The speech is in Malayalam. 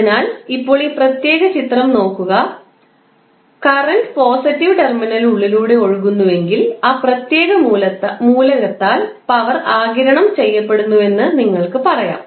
അതിനാൽ ഇപ്പോൾ ഈ പ്രത്യേക ചിത്രം നോക്കുക ഉണ്ട് കറൻറ് പോസിറ്റീവ് ടെർമിനലിന് ഉള്ളിലൂടെ ഒഴുകുന്നുവെങ്കിൽ ആ പ്രത്യേക മൂലകത്താൽ പവർ ആഗിരണം ചെയ്യപ്പെടുന്നുവെന്ന് നിങ്ങൾക്ക് പറയാം